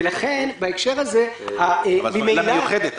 אבל זו עילה מיוחדת.